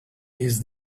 his